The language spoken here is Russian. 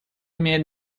имеет